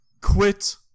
quit